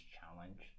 challenge